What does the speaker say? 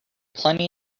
plenty